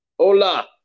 Hola